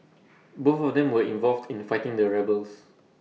both of them were involved in fighting their rebels